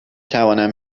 توانم